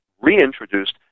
reintroduced